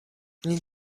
این